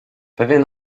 pewien